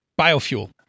biofuel